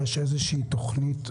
יש איזושהי תוכנית?